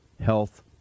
Health